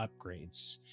upgrades